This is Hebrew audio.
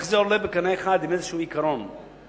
איך זה עולה בקנה אחד עם עיקרון כלשהו?